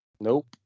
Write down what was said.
Nope